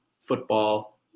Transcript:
football